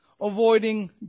Avoiding